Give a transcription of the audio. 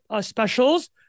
specials